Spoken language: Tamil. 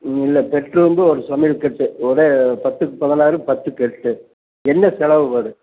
ம் இல்லை பெட் ரூமு ஒரு சமையல்கட்டு ஒரே பத்துக்கு பதினாறு பத்துக்கு எட்டு என்ன செலவு வரும்